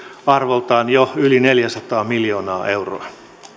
arvoltaan jo yli neljäsataa miljoonaa euroa